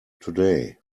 today